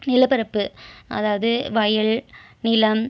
நிலப்பரப்பு அதாவது வயல் நிலம்